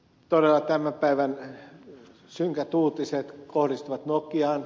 todella tämän päivän synkät uutiset kohdistuvat nokiaan